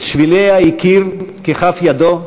את שביליה הכיר ככף ידו,